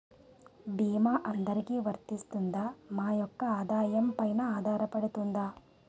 భీమా అందరికీ వరిస్తుందా? మా యెక్క ఆదాయం పెన ఆధారపడుతుందా?